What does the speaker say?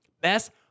best